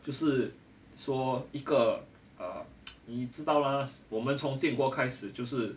就是说一个 err 你知道啦我们从建国开始就是